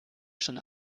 schon